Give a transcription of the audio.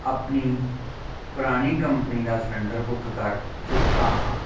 ਆਪਣੀ ਪੁਰਾਣੀ ਕੰਪਨੀ ਦਾ ਸਿਲੰਡਰ ਬੁੱਕ ਕਰ ਚੁੱਕਾ ਹਾਂ